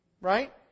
Right